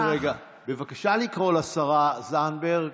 רק רגע, בבקשה לקרוא לשרה זנדברג.